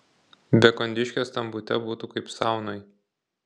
be kondiškės tam bute būtų kaip saunoj